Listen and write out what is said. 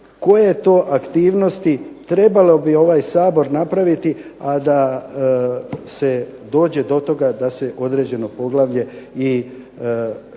koje to aktivnosti trebao bi ovaj Sabor napraviti, a da se dođe do toga da se određeno poglavlje i zatvori.